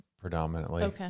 predominantly